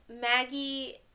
Maggie